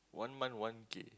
one month one K